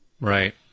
Right